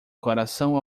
coração